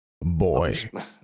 boy